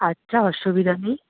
আচ্ছা অসুবিধা নেই